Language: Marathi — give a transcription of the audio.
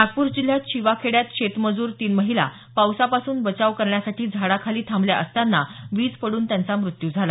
नागपूर जिल्ह्यात शिवा खेड्यात शेतमजूर तीन महिला पावसापासून बचाव करण्यासाठी झाडाखाली थांबल्या असतांना वीज पडून त्यांचा मृत्यू झाला